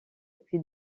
puis